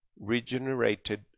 regenerated